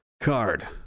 card